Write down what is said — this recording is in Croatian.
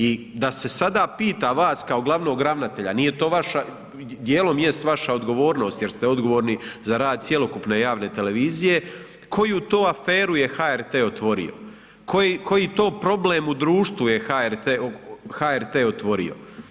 I da se sada pita vas kao glavnog ravnatelje, nije to vaša, dijelom jest vaša odgovornost jer ste odgovorni za rad cjelokupne javne televizije, koju to aferu je HRT otvorio, koji to problem u društvu je HRT otvorio?